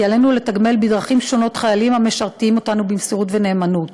כי עלינו לתגמל בדרכים שונות חיילים המשרתים אותנו במסירות ובנאמנות,